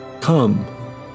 Come